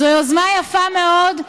זו יוזמה יפה מאוד,